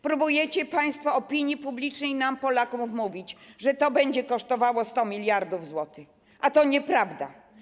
Próbujecie państwo opinii publicznej, nam, Polakom, wmówić, że to będzie kosztowało 100 mld zł, a to nieprawda.